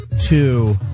two